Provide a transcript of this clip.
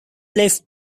life